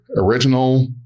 original